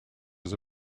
was